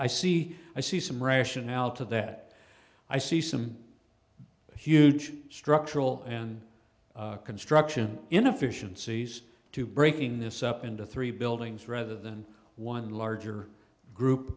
i see i see some rationale to that i see some huge structural and construction in a fish and seas to breaking this up into three buildings rather than one larger group